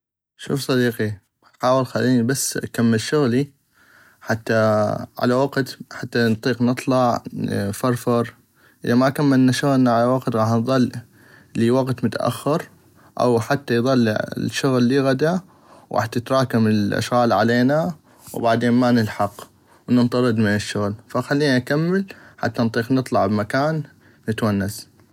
شوف صديقي حاول بس اكمل شغلي حتى على وقت حتى نطيق نطلع نفرفر اذا ما كملنا شغلنا على وقت غاح نظل لوقت متاخر او حتى يظل الشغل لغدا وغاح تتراكم الاشغال علينا وبعدين ما نلحق ننطرد من الشغل فخلينا اكمل حتى نطيق نطلع بمكان نتونس.